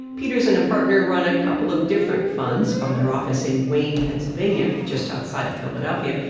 peters and a partner run a couple of different funds from their office in wayne, pennsylvania, just outside of philadelphia.